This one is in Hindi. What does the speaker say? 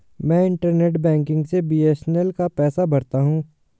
मैं इंटरनेट बैंकिग से बी.एस.एन.एल का पैसा भरता हूं